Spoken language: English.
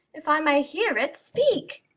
if i may hear it, speak!